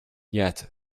yet